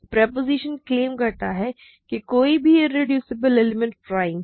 proposition claim करता है कि कोई भी इरेड्यूसिबल एलिमेंट प्राइम है